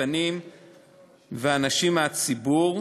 משפטנים ואנשים מהציבור,